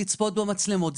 לצפות במצלמות.